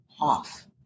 off